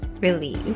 release